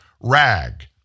rag